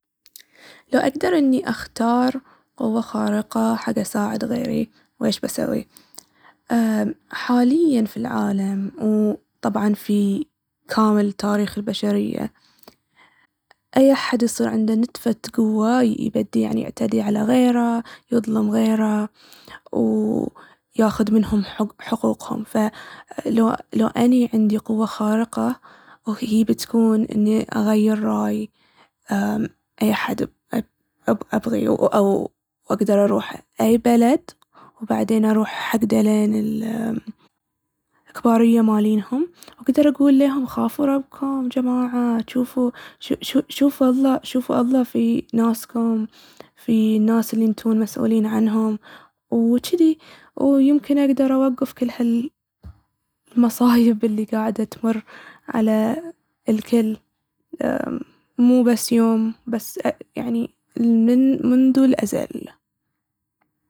لو أقدر إني أختار قوة خارقة حق اساعد غيري، ويش بسوي؟ حالياً في العالم و طبعاً في كامل تاريخ البشرية أي احد يصير عنده نتفة قوة يبدي يعتدي على غيره، يظلم غيره، وياخذ منهم حقوقهم. ف لو- لو أني عندي قوة خارقة هي بتكون إني أغيّر راي، أمم- أي احد أ- أب- أبغيه. أو أقدر أروح أي بلد و بعدين أروح حق دلين الكبارية مالينهم، أقدر أقول ليهم خافوا ربكم جماعة، چوفوا، شو- شو- شوفوا الله- شوفوا الله في ناسكم، في الناس اللي انتون مسؤولين عنهم، و چدي. ويمكن أقدر أوقف كل هالمصايب اللي قاعدة تمر على الكل، أمم- مو بس يوم، بس يعني منذ الأزل.